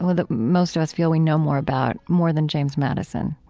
or that most of us feel we know more about, more than james madison